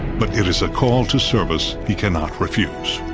but it is a call to service he cannot refuse.